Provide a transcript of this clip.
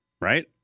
right